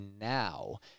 now